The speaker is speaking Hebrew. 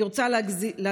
אני רוצה להזכיר,